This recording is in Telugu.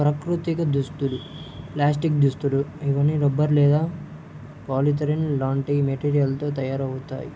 ప్రాకృతిక దుస్తులు ప్లాస్టిక్ దుస్తులు ఇవన్నీ రబ్బర్ లేదా పాలియూరిథేన్ లాంటి మెటీరియల్తో తయారవుతాయి